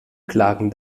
klagen